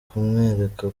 kumwereka